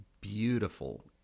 beautiful